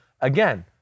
again –